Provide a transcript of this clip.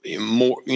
more